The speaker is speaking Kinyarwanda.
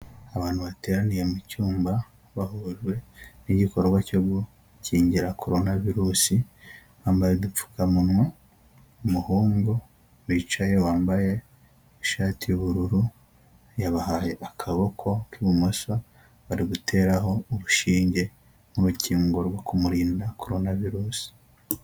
Abantu bateraniye mu cyumba bahujwe n'igikorwa cyo gukingira korona virusi bambaye udupfukamunwa, umuhungu bicaye wambaye ishati y'ubururu yabahaye akaboko k'ibumoso bari guteraho urushinge nk'urukingo rwo kumurinda korona virusi.